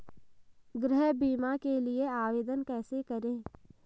गृह बीमा के लिए आवेदन कैसे करें?